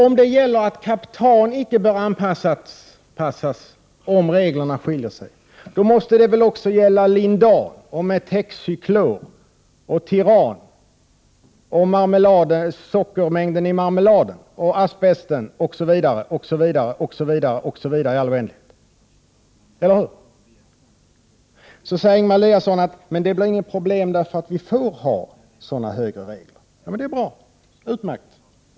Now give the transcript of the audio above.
Om det inte bör ske någon anpassning när det gäller kaptan om reglerna skiljer sig, måste det väl också gälla för lindan, metoxiklor, Tiran, sockermängd i marmelad, Prot. 1988/89:129 asbest osv. i all oändlighet. 6 juni 1989 Ingemar Eliasson säger vidare att det inte blir något problem, eftersom vi får ha regler med så höga krav. Det är utmärkt.